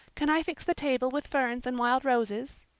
can i fix the table with ferns and wild roses?